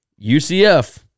UCF